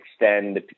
extend